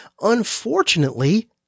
unfortunately